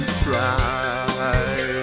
try